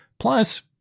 Plus